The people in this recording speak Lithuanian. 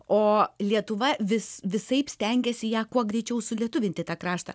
o lietuva vis visaip stengėsi ją kuo greičiau sulietuvinti tą kraštą